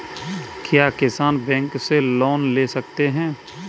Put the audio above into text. क्या किसान बैंक से लोन ले सकते हैं?